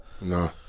No